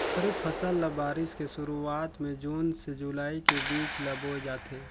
खरीफ फसल ल बारिश के शुरुआत में जून से जुलाई के बीच ल बोए जाथे